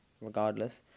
regardless